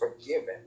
forgiven